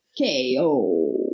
KO